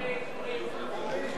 איפה רותם?